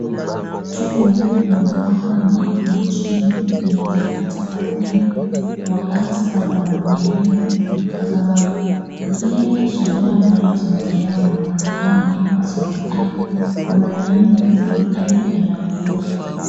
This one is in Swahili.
Tume ya mahakama nchini inajipata pagumu watu wakiwa kwa sababu zile sheria ambazo zinatolewa na mahakama kwa serikali kwa mara mingi serikali inapuuza.